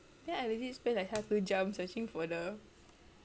then I legit spend like satu jam searching for the